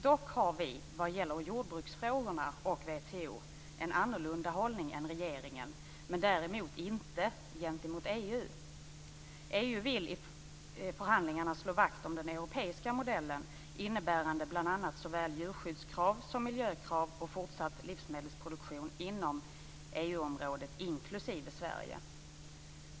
Dock har vi vad gäller jordbruksfrågorna och WTO en annorlunda hållning än regeringen men däremot inte gentemot EU. EU vill i förhandlingarna slå vakt om den europeiska modellen innebärande bl.a. såväl djurskyddskrav som miljökrav och fortsatt livsmedelsproduktion inom EU-området inklusive Sverige.